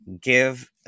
give